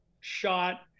shot